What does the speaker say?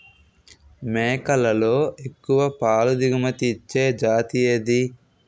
మేకలలో ఎక్కువ పాల దిగుమతి ఇచ్చే జతి ఏది?